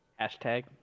Hashtag